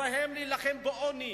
כמו להילחם בעוני,